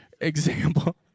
example